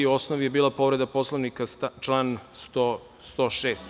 Osnov je bila povreda Poslovnika član 106.